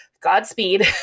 Godspeed